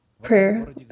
prayer